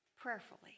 prayerfully